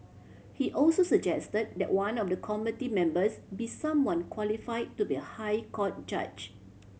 he also suggested that one of the committee members be someone qualify to be a High Court judge